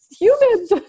humans